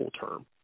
term